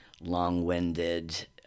long-winded